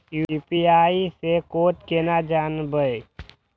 UPI से code केना जानवै?